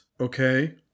okay